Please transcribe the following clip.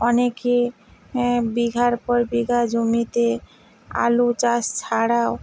অনেকে বিঘার পর বিঘা জমিতে আলু চাষ ছাড়াও